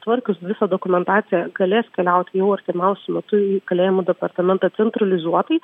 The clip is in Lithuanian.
sutvarkius visą dokumentaciją galės keliauti jau artimiausiu metu į kalėjimų departamentą centralizuotai